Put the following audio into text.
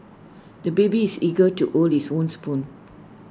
the baby is eager to hold his own spoon